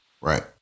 Right